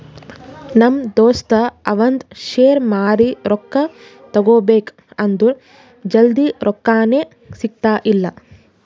ನಮ್ ದೋಸ್ತ ಅವಂದ್ ಶೇರ್ ಮಾರಿ ರೊಕ್ಕಾ ತಗೋಬೇಕ್ ಅಂದುರ್ ಜಲ್ದಿ ರೊಕ್ಕಾನೇ ಸಿಗ್ತಾಯಿಲ್ಲ